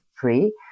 free